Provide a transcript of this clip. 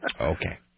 Okay